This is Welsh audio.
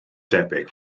debyg